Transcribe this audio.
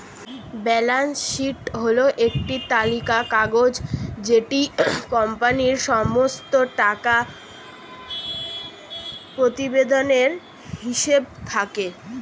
balance sheet হল একটি তালিকার কাগজ যেটিতে কোম্পানির সমস্ত টাকা প্রতিবেদনের হিসেব থাকে